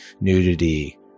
nudity